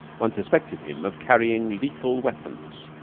one suspected him of carrying lethal weapons.